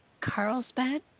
Carlsbad